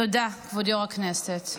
תודה, כבוד יו"ר הישיבה,